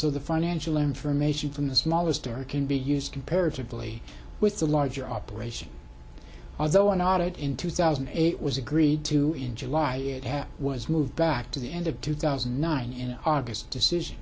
so the financial information from the smallest error can be used comparatively with the larger operation although an audit in two thousand and eight was agreed to in july it had was moved back to the end of two thousand and nine in august decision